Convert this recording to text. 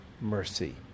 mercy